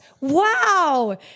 Wow